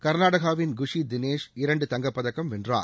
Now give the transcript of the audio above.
கர்நாடகாவின் குஷி தினேஷ் இரண்டு தங்கப் பதக்கம் வென்றார்